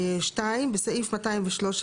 (2) בסעיף 213